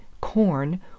corn